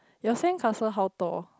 your sand castle how tall